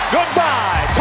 Goodbye